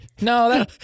No